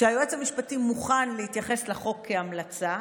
שהיועץ המשפטי מוכן להתייחס לחוק כהמלצה,